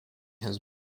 has